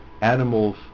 Animals